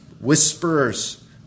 whisperers